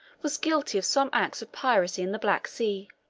was guilty of some acts of piracy in the black sea.